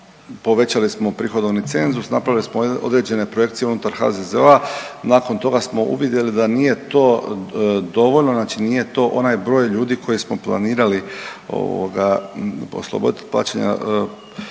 povećali smo prihodovni cenzus, napravili smo određene projekcije unutar HZZO-a, nakon toga smo uvidjeli da nije to dovoljno, znači nije to onaj broj ljudi koji smo planirali ovoga, osloboditi plaćanja, od